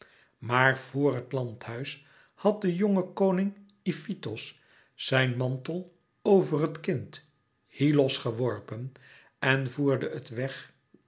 maar vor het landhuis had de jonge koning ifitos zijn mantel over het kind hyllos geworpen en voerde het weg